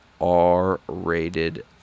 R-rated